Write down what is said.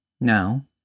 Now